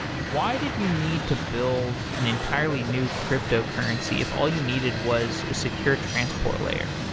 why did you need to build an entirely new cryptocurrency if all you needed was a secure transport layer?